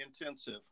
intensive